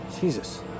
Jesus